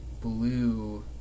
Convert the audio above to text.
blue